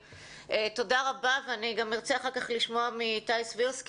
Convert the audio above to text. תודה רבה ואני גם ארצה אחר כך לשמוע מאיתי סבירסקי